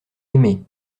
aimée